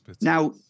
Now